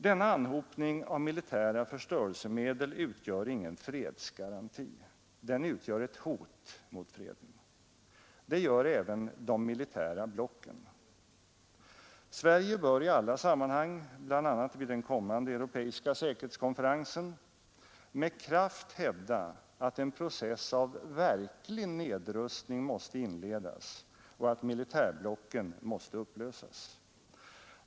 Denna anhopning av militära förstörelsemedel utgör ingen fredsgaranti. Den utgör ett hot mot freden. Det gör även de militära blocken. Sverige bör i alla sammanhang, bl.a. vid den kommande europeiska säkerhetskonferensen, med kraft hävda att en process av verklig nedrustning måste inledas och att militärblocken måste upplösas.